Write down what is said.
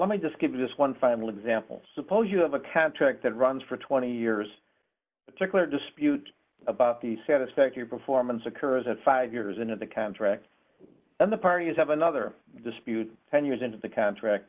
let me just give this one final example suppose you have a contract that runs for twenty years circular dispute about the satisfactory performance occurs in five years into the contract and the parties have another dispute and years into the contract